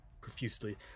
profusely